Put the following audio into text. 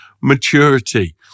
maturity